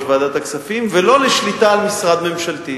ועדת הכספים ולא לשליטה על משרד ממשלתי,